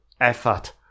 effort